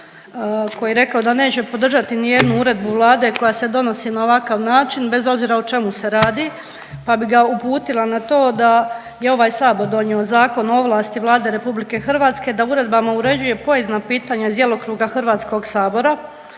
koji je rekao da neće podržati nijednu uredbu Vlade koja se donosi na ovakav način, bez obzira o čemu se radi pa bi ga uputila na to da je ovaj Sabor donio Zakon o ovlasti Vlade RH da uredbama uređuje pojedina pitanja iz djelokruga HS-a, pa ako